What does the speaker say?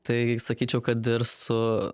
tai sakyčiau kad ir su